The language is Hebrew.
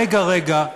רגע-רגע,